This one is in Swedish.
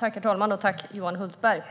Herr talman! Tack, Johan Hultberg!